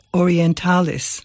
orientalis